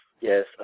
yes